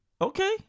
Okay